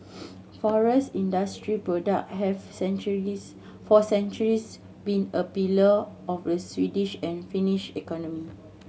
forest industry product have centuries for centuries been a pillar of the Swedish and Finnish economy